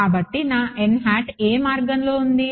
కాబట్టి నా n hat ఏ మార్గంలో ఉంది